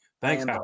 Thanks